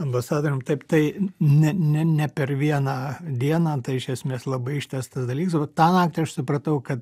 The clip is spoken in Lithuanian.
ambasadorium taip tai ne ne ne per vieną dieną tai iš esmės labai ištęstas dalykas bet tą naktį aš supratau kad